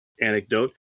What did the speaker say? anecdote